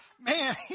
Man